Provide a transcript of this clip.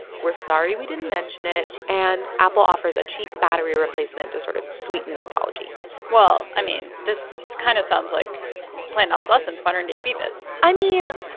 we're sorry we didn't mention it. and apple offers a cheap battery replacement to sort of sweeten the apology well, i mean, this kind of sounds like planned obsolescence modern-day phoebus i mean,